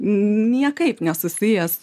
niekaip nesusijęs